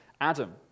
Adam